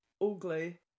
ugly